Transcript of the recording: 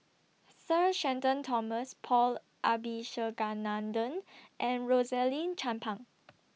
Sir Shenton Thomas Paul Abisheganaden and Rosaline Chan Pang